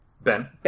Ben